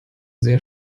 sehr